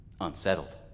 unsettled